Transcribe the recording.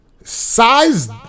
size